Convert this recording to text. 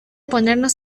ponernos